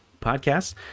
podcasts